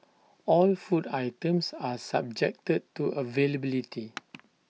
all food items are subjected to availability